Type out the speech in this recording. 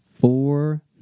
four